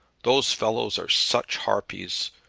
those fellows are such harpies.